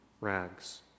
rags